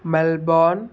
Melbourne